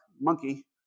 monkey